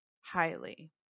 highly